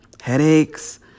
headaches